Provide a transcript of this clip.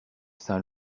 saint